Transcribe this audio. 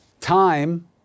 Time